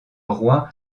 roi